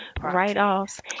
write-offs